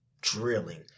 drilling